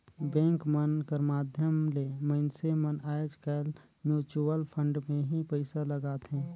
bank मन कर माध्यम ले मइनसे मन आएज काएल म्युचुवल फंड में ही पइसा लगाथें